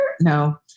no